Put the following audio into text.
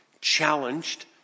challenged